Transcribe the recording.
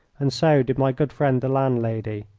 and so did my good friend the landlady,